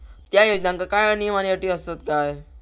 त्या योजनांका काय नियम आणि अटी आसत काय?